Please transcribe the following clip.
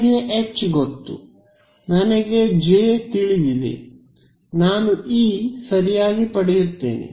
ನನಗೆ ಎಚ್ ಗೊತ್ತು ನನಗೆ ಜೆ ತಿಳಿದಿದೆ ನಾನು ಇ ಸರಿಯಾಗಿ ಪಡೆಯುತ್ತೇನೆ